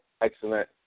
Excellent